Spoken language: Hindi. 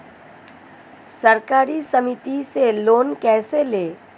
सहकारी समिति से लोन कैसे लें?